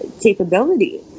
capability